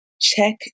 check